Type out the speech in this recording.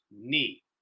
knee